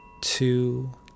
two